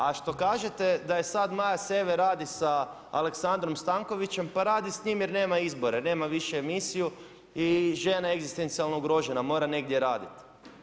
A što kažete da je sad Maja Sever radi sa Aleksandrom Stankovićem, pa radi s njim jer nema izbora, jer nema više emisiju i žena je egzistencijalno ugrožena, mora negdje raditi.